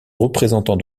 représentant